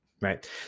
right